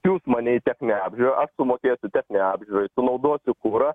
siųs mane į techninę apžiūrą aš sumokėsiu techninei apžiūrai sunaudosiu kurą